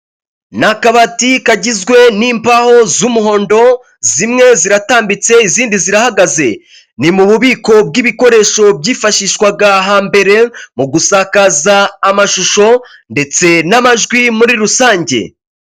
Ni akabati kagizwe n'imbaho z'umuhondo zimwe ziratambitse izindi zirahagaze, ni mu bubiko bw'ibikoresho byifashishwaga hambere mu gusakaza amashusho ndetse n'amajwi muri rusange.